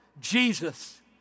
Jesus